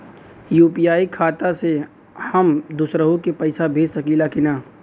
UPI खाता से हम दुसरहु के पैसा भेज सकीला की ना?